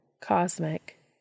cosmic